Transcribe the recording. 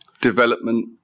Development